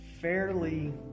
fairly